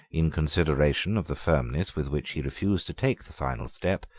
in consideration of the firmness with which he refused to take the final step,